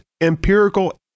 empirical